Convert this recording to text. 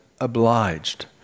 obliged